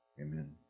Amen